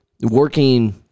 working